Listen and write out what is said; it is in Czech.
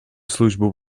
službu